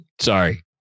Sorry